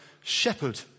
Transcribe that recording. shepherd